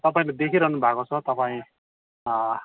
तपाईँले देखिरहनु भएको छ तपाईँ